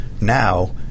Now